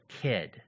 kid